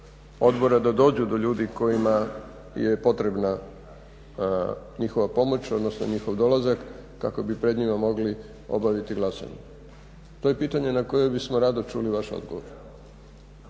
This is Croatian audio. odbora da dođu do ljudi kojima je potrebna njihova pomoć, odnosno njihov dolazak kako bi pred njima mogli obaviti glasanje? To je pitanje na koje bismo rado čuli vaš odgovor.